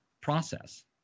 process